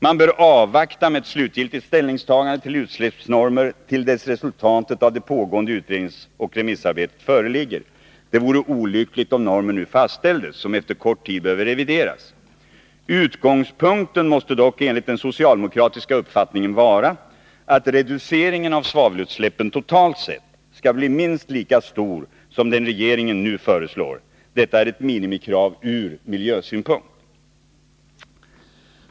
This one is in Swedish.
Man bör avvakta med ett slutgiltigt ställningstagande till utsläppsnormer till dess resultatet av det pågående utredningsoch remissarbetet föreligger. Det vore olyckligt om normer nu fastställdes som efter kort tid behöver revideras. Utgångspunkten måste dock enligt den socialdemokratiska uppfattningen vara att reduceringen av svavelutsläppen totalt sett skall bli minst lika stor som den regeringen nu föreslår. Detta är ett minimikrav ur miljösynpunkt.